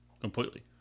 Completely